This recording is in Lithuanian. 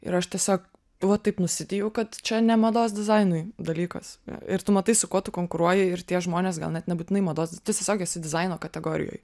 ir aš tiesiog vat taip nusiteikiau kad čia ne mados dizainui dalykas ir tu matai su kuo tu konkuruoji ir tie žmonės gal net nebūtinai mados tu tiesiog esi dizaino kategorijoj